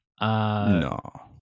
No